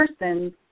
persons